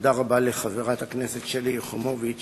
תודה רבה לחברת הכנסת שלי יחימוביץ